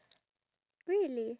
ya